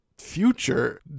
future